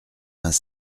vingt